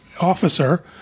officer